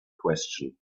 question